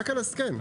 יפגע בתחרות, ואני